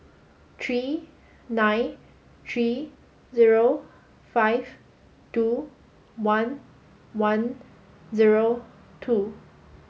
three nine three zero five two one one zero two